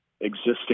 existing